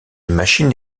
machine